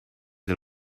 del